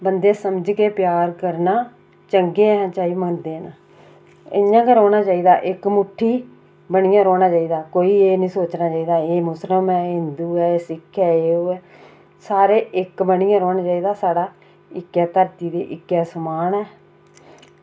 बंदे समझदे प्यार करना चंगे ऐं चाहे मंदे न इंया गै रौह्ना चाहिदा इक्क मुट्ठी बनियै रौह्ना चाहिदा कोई एह् निं सोचे की एह् मुस्लिम ऐ एह् हिंदु ऐ एह् सिक्ख ऐ एह् ओह् ऐ सारे इक्क बनियै रौह्ना चाहिदा साढ़ा इक्कै धरती दे इक्कै शमान ऐ